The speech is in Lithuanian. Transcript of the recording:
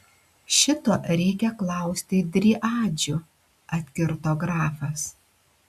šito reikia klausti driadžių atkirto grafas